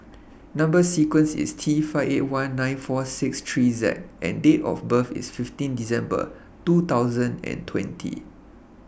Number sequence IS T five eight one nine four six three Z and Date of birth IS fifteen December two thousand and twenty